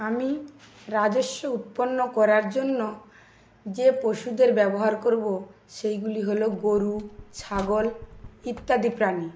আমি রাজস্ব উৎপন্ন করার জন্য যে পশুদের ব্যবহার করবো সেইগুলি হলো গরু ছাগল ইত্যাদি প্রাণী